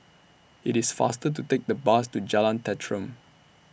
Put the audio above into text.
IT IS faster to Take The Bus to Jalan Tenteram